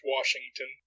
Washington